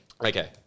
Okay